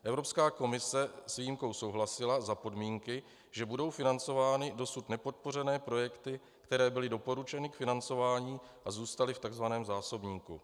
Evropská komise s výjimkou souhlasila za podmínky, že budou financovány dosud nepodpořené projekty, které byly doporučeny k financování a zůstaly v takzvaném zásobníku.